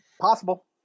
Possible